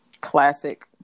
Classic